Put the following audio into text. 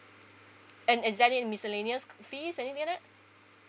and is there any miscellaneous fees anything then